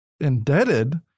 indebted